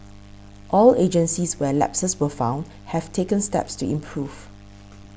all agencies where lapses were found have taken steps to improve